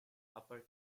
upper